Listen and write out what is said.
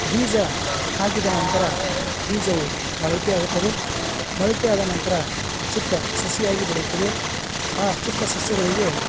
ಬೀಜ ಹಾಕಿದ ನಂತರ ಬೀಜವು ಮೊಳಕೆ ಆಗುತ್ತದೆ ಮೊಳಕೆಯಾದ ನಂತರ ಚಿಕ್ಕ ಸಸಿಯಾಗಿ ಬೆಳೆಯುತ್ತದೆ ಆ ಚಿಕ್ಕ ಸಸ್ಯಗಳಿಗೆ